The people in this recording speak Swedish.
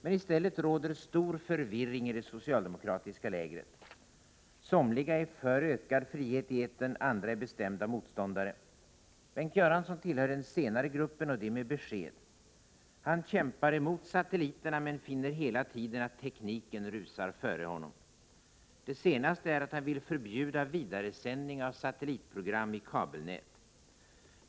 Men i stället råder stor förvirring i det socialdemokratiska lägret. Somliga är för ökad frihet i etern, andra är bestämda motståndare. Bengt Göransson tillhör den 155 senare gruppen, och det med besked. Han kämpar emot satelliterna men finner hela tiden att tekniken rusar före honom. Det senaste är att han vill förbjuda vidaresändning av satellitprogram i kabelnät.